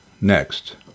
Next